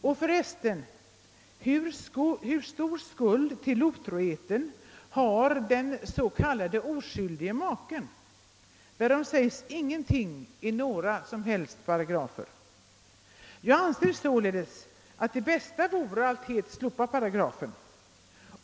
Och förresten, hur stor skuld till otroheten har den s.k. oskyldige maken? Därom sägs ingenting i några som helst paragrafer. Jag anser således att det bästa vore att helt slopa paragrafen.